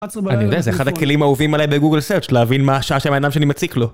אני יודע, זה אחד הכלים האהובים עליי בגוגל סארץ', להבין מה השעה של בן אדם שאני מציק לו.